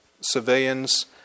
civilians